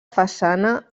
façana